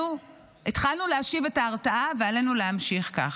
התחלנו להשיב את ההרתעה ועלינו להמשיך כך.